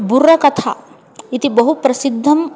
बुर्रकथा इति बहु प्रसिद्धं